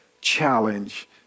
challenge